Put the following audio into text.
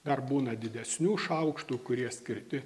dar būna didesnių šaukštų kurie skirti